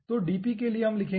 तो के लिए हम लिखेंगे